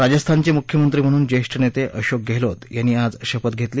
राजस्थानचे मुख्यमंत्री म्हणून ज्येष्ठ नेते अशोक गेहलोत यांनी आज शपथ घेतली